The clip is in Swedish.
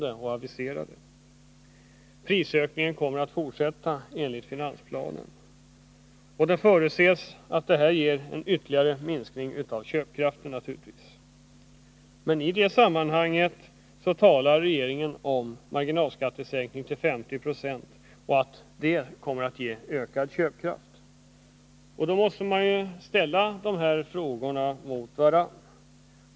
Som framgår av finansplanen kommer prisökningen att fortsätta. Man kan naturligtvis räkna med att detta medför en ytterligare minskning av köpkraften. Regeringen talar i det sammanhanget om marginalskattesänkning till 50 96 och säger att detta kommer att innebära ökad köpkraft. Då måste man ställa de här frågorna emot varandra.